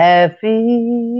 Happy